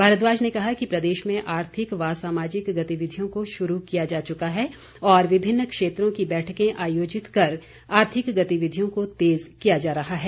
भारद्वाज ने कहा कि प्रदेश में आर्थिक व सामाजिक गतिविधियों को शुरू किया जा चुका है और विभिन्न क्षेत्रों की बैठकें आयोजित कर आर्थिक गतिविधियों को तेज किया जा रहा है